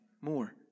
more